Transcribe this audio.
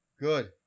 good